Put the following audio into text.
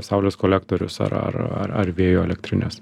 saulės kolektorius ar ar ar ar vėjo elektrines